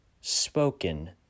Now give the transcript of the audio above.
Spoken